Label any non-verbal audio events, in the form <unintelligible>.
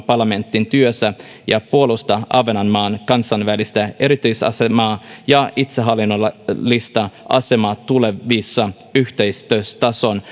<unintelligible> parlamentin työssä ja puolustaa ahvenanmaan kansainvälistä erityisasemaa ja itsehallinnollista asemaa tulevissa yhteisötason <unintelligible>